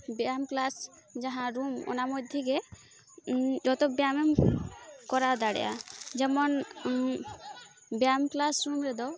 ᱵᱮᱭᱟᱢ ᱠᱞᱟᱥ ᱡᱟᱦᱟᱸ ᱨᱩᱢ ᱚᱱᱟ ᱢᱚᱫᱽᱫᱷᱮ ᱜᱮ ᱡᱚᱛᱚ ᱵᱮᱭᱟᱢᱮᱢ ᱠᱚᱨᱟᱣ ᱫᱟᱲᱮᱭᱟᱜᱼᱟ ᱡᱮᱢᱚᱱ ᱵᱮᱭᱟᱢ ᱠᱞᱟᱥ ᱨᱩᱢ ᱨᱮᱫᱚ